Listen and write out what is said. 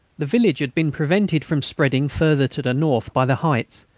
the village had been prevented from spreading further to the north by the heights,